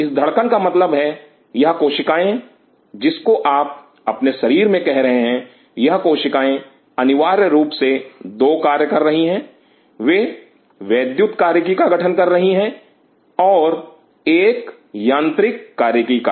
इस धड़कन का मतलब है यह कोशिकाएं जिसको आप अपने शरीर में कह रहे हैं यह कोशिकाएं अनिवार्य रूप से दो कार्य कर रही हैं वे वैद्युत कार्यकी का गठन कर रही हैं और एक यांत्रिक कार्यकी का